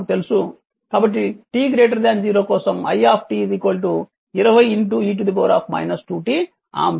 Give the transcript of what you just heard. కాబట్టి t 0 కోసం i 20 e 2t ampere అవుతుంది